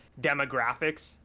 demographics